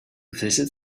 visit